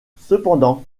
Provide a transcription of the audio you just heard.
cependant